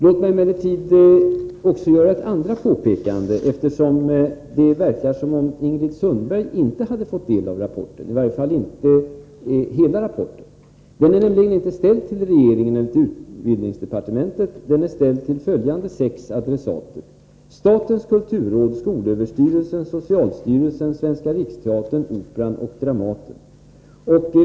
Låt mig emellertid också göra ett andra påpekande, eftersom det verkar som om Ingrid Sundberg inte hade fått del av rapporten, i varje fall inte hela rapporten. Den är nämligen inte ställd till regeringen eller utbildningsdepartementet — den är ställd till följande sex adressater: statens kulturråd, skolöverstyrelsen, socialstyrelsen, Svenska riksteatern, Operan och Dramaten.